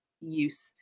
use